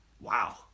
Wow